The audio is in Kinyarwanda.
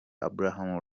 abraham